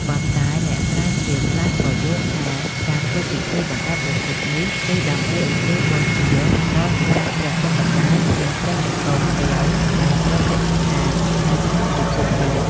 ប៉ុន្តែ អ្នកស្រុកខ្លះក៏យល់ថា ការធ្វើពិធីបណ្ដែតប្រទីបនេះ គឺដើម្បីឧទ្ទិសបូជាដល់ស្នាមព្រះពុទ្ធបាទ និងព្រះចង្កូមកែវ ដែលប្រតិស្ថាននៅក្នុងពិភពនាគ។